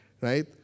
right